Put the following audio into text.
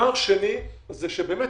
פער שני באמת,